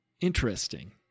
interesting